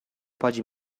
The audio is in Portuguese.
pode